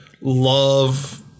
love